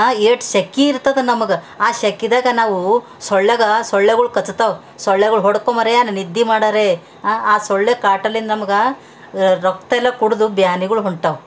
ಎಷ್ಟ್ ಸೆಖೆ ಇರ್ತದೆ ನಮಗೆ ಆ ಸೆಖೆದಾಗ ನಾವು ಸೊಳ್ಯಾಗ ಸೊಳ್ಳೆಗಳು ಕಚ್ತಾವ ಸೊಳ್ಳೆಗಳು ಹೊಡ್ಕೊ ಮಾರಾಯ ನಾವು ನಿದ್ದೆ ಮಾಡದ್ರೆ ಆ ಸೊಳ್ಳೆ ಕಾಟ್ದಲ್ಲಿ ನಮ್ಗೆ ರಕ್ತ ಎಲ್ಲ ಕುಡಿದು ಬೇನೆಗಳು ಹೊಂಟವು